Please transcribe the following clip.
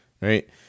right